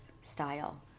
style